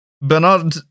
Bernard